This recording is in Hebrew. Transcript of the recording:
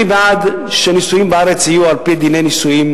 אני בעד שהנישואים בארץ יהיו על-פי דיני נישואים